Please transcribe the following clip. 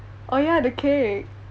oh ya the cake